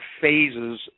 phases